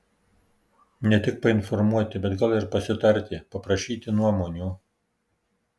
ne tik painformuoti bet gal ir pasitarti paprašyti nuomonių